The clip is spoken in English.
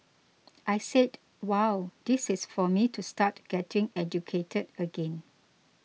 I said wow this is for me to start getting educated again